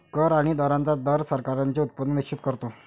कर आणि दरांचा दर सरकारांचे उत्पन्न निश्चित करतो